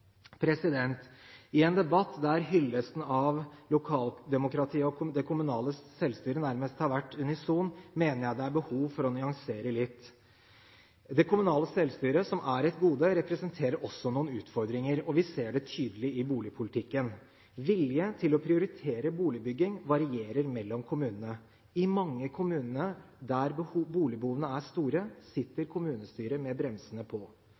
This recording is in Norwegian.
I en debatt der hyllesten av lokaldemokratiet og det kommunale selvstyret nærmest har vært unisont, mener jeg det er behov for å nyansere litt. Det kommunale selvstyret, som er et gode, representerer også noen utfordringer. Vi ser det tydelig i boligpolitikken. Viljen til å prioritere boligbygging varierer mellom kommunene. I mange kommuner der boligbehovene er store, sitter kommunestyret med bremsene på.